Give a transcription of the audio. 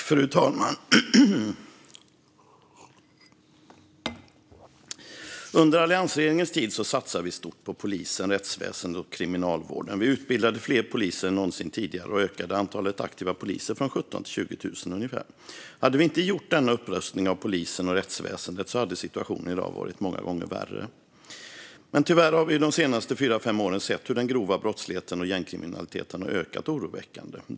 Fru talman! Under alliansregeringens tid satsade vi stort på polisen, rättsväsendet och kriminalvården. Vi utbildade fler poliser än någonsin tidigare och ökade antalet aktiva poliser från 17 000 till ungefär 20 000. Hade vi inte gjort denna upprustning av polisen och rättsväsendet hade situationen i dag varit många gånger värre. Tyvärr har vi de senaste fyra fem åren sett hur den grova brottsligheten och gängkriminaliteten ökat oroväckande.